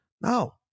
No